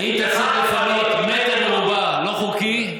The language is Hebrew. אם תצליח לפנות מטר מרובע לא חוקי,